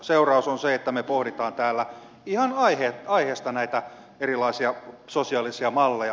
seuraus on se että me pohdimme täällä ihan aiheesta näitä erilaisia sosiaalisia malleja